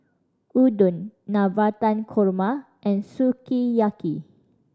Udon Navratan Korma and Sukiyaki